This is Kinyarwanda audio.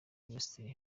west